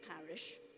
parish